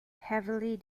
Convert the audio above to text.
heavily